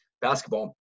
basketball